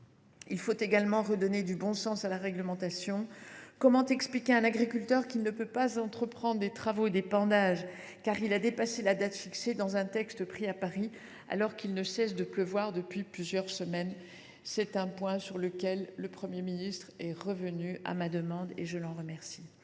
Il faut également redonner du bon sens à la réglementation : comment expliquer à un agriculteur qu’il ne peut pas engager des travaux d’épandage, car il a dépassé la date fixée dans un texte pris à Paris, alors qu’il ne cesse de pleuvoir depuis plusieurs semaines ? C’est un point sur lequel le Premier ministre est revenu à ma demande, ce dont je le remercie.